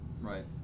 Right